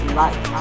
life